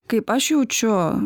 kaip aš jaučiu